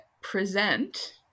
present